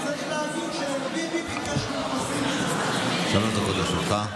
צריך להגיד שביבי ביקש ממנו, שלוש דקות לרשותך.